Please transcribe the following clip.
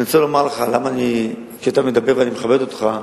אני רוצה לומר לך למה כשאתה מדבר, ואני מכבד אותך,